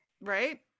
Right